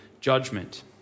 judgment